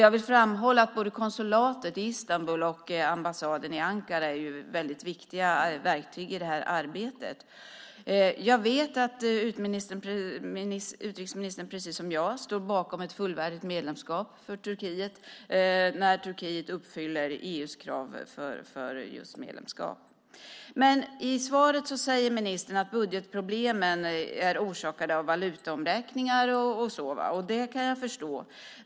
Jag vill framhålla att både konsulatet i Istanbul och ambassaden i Ankara är väldigt viktiga verktyg i arbetet. Jag vet att utrikesministern precis som jag står bakom ett fullvärdigt medlemskap för Turkiet när Turkiet uppfyller EU:s krav för medlemskap. Men i svaret säger ministern att budgetproblemen är orsakade av valutaomräkningar. Det kan jag förstå.